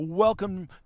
Welcome